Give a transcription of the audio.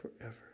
forever